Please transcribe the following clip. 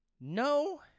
no